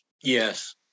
Yes